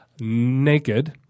Naked